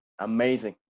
Amazing